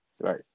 Right